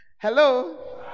Hello